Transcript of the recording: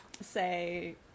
say